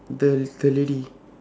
the the lady